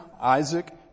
Isaac